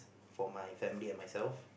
for my family and myself